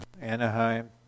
Anaheim